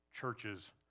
churches